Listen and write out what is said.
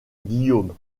guillaume